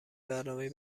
برنامهای